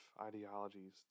ideologies